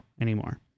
anymore